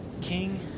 King